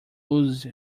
ooze